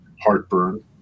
heartburn